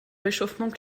réchauffement